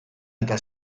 eta